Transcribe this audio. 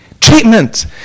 treatment